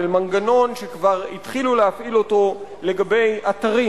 מנגנון שכבר התחילו להפעיל אותו לגבי אתרים,